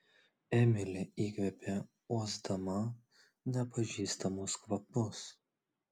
emilė įkvėpė uosdama nepažįstamus kvapus